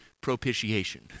propitiation